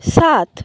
সাত